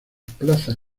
plaza